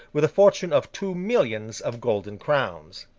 with a fortune of two millions of golden crowns.